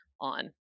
on